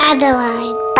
Adeline